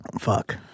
fuck